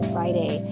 Friday